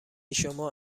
شما